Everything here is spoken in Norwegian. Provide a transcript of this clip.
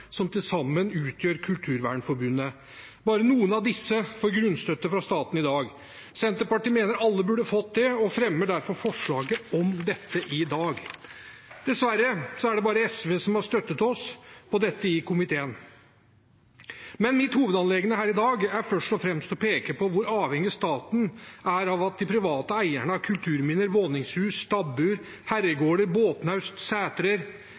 som til sammen utgjør Kulturvernforbundet. Bare noen av disse får grunnstøtte fra staten i dag. Senterpartiet mener alle burde fått det og fremmer derfor forslag om dette i dag. Dessverre er det bare SV som har støttet oss i dette i komiteen. Mitt hovedanliggende her i dag er først og fremst å peke på hvor avhengig staten er av at de private eierne av kulturminner, våningshus, stabbur,